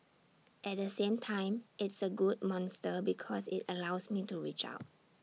at the same time it's A good monster because IT allows me to reach out